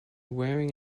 wearing